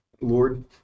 Lord